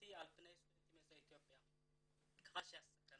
אותי על פני סטודנטים יוצאי אתיופיה" כך שהסכנה